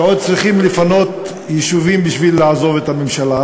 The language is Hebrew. שעוד צריכים לפנות יישובים בשביל לעזוב את הממשלה.